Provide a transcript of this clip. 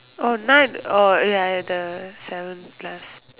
oh night uh ya ya the seven plus